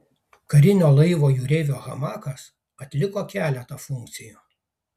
karinio laivo jūreivio hamakas atliko keletą funkcijų